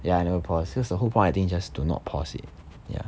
ya no pause that's the whole point I think just do not pause it ya